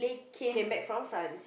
came back from France